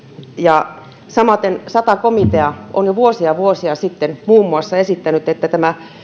ja samoiten muun muassa sata komitea on jo vuosia vuosia sitten esittänyt että